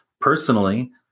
personally